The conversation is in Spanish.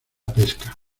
pesca